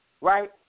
right